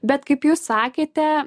bet kaip jūs sakėte